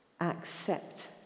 Accept